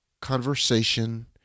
conversation